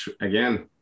again